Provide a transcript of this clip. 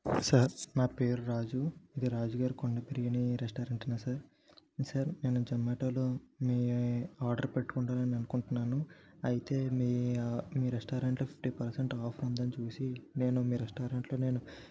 sir నా పేరు రాజు ఇది రాజుగారి కుండ బిర్యాని రెస్టారెంట్ ఏనా సార్ సార్ నేను జొమాటోలో మీ ఆర్డర్ పెట్టుకుందామని అనుకుంటున్నాను అయితే మీ మీ రెస్టారెంట్ ఫిఫ్టీ పర్సెంట్ ఆఫర్ ఉందని చూసి నేను మీ రెస్టారెంట్లో నేను